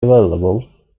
available